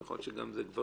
יכול להיות שזה גם גברים